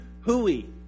hooey